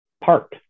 Park